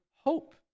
hope